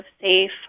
safe